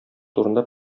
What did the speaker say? турында